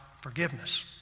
forgiveness